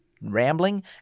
rambling